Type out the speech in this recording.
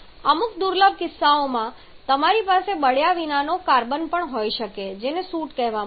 અને અમુક દુર્લભ કિસ્સાઓમાં તમારી પાસે કેટલાક બળ્યા વિના નો કાર્બન પણ હોઈ શકે છે જેને સૂટ કહેવામાં આવે છે